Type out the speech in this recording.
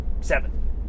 Seven